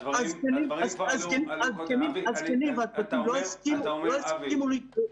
הזקנים והצוותים לא הסכימו לזה.